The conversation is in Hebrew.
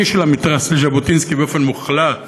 של המתרס של ז'בוטינסקי באופן מוחלט,